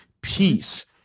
peace